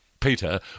Peter